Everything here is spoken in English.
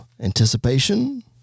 Anticipation